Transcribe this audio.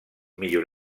millor